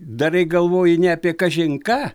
darai galvoji ne apie kažin ką